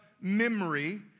memory